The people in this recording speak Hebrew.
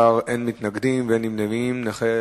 בעד, 13, נגד, אין, נמנעים, אין.